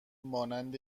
مانند